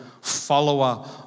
follower